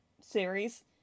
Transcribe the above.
series